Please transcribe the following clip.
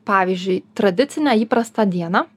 pavyzdžiui tradicinę įprastą dieną